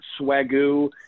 swagoo